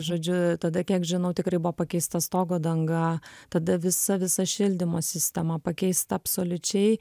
žodžiu tada kiek žinau tikrai buvo pakeista stogo danga tada visa visa šildymo sistema pakeista absoliučiai